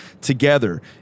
together